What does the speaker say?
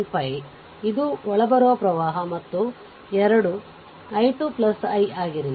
5 ಇದು ಒಳಬರುವ ಪ್ರವಾಹ ಮತ್ತು 2 i 2 i 2 ಆಗಿರಲಿ